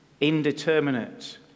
indeterminate